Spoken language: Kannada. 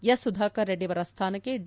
ಎಸ್ ಸುಧಾಕರ್ ರೆಡ್ಡಿ ಅವರ ಸ್ಟಾನಕ್ಕೆ ಡಿ